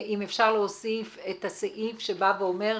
אם אפשר להוסיף את הסעיף שבא ואומר,